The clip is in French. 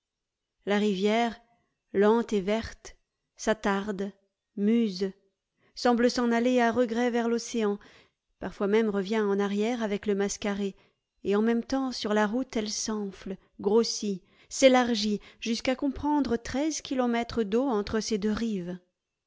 la rivière lente et verte s'attarde muse semble s'en aller à regret vers l'océan parfois même revient en arrière avec le mascaret et en même temps sur la route elle s'enfle grossit s'élargit jusqu'à comprendre treize kilomètres d'eau entre ses deux rives